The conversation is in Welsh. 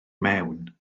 mewn